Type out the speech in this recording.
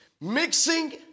Mixing